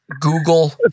Google